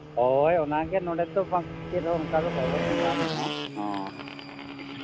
ᱦᱚᱭ ᱚᱱᱟᱜᱮ ᱱᱚᱰᱮᱫᱚ ᱵᱟᱝ ᱪᱮᱫᱦᱚᱸ ᱚᱱᱠᱟᱫᱚ ᱵᱟᱵᱚᱱ ᱧᱮᱞ ᱧᱟᱢᱮᱫᱼᱟ ᱟᱨ